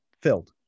filled